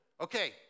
Okay